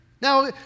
Now